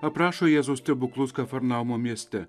aprašo jėzaus stebuklus kafarnaumo mieste